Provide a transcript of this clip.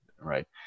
right